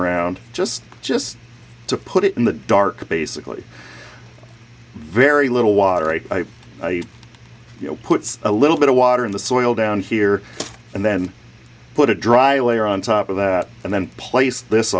around just just to put it in the dark basically very little water i puts a little bit of water in the soil down here and then put a dry layer on top of that and then place this